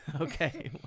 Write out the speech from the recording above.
Okay